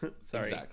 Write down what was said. sorry